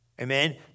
amen